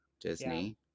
Disney